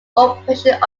operation